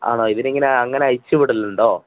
ആണോ ഇതിനിങ്ങനെ അങ്ങനെ അഴിച്ചുവിടലുണ്ടോ